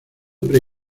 pre